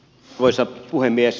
arvoisa puhemies